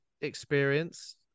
experience